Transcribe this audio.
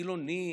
חילוני,